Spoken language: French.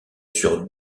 sur